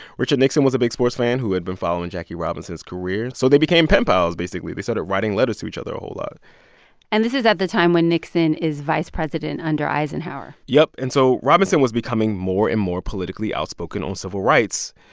richard nixon was a big sports fan who had been following jackie robinson's career. so they became pen pals, basically. they started writing letters to each other a whole lot and this is at the time when nixon is vice president under eisenhower yup. and so robinson was becoming more and more politically outspoken on civil rights.